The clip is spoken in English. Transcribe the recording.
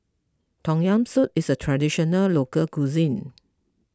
Tom Yam Soup is a Traditional Local Cuisine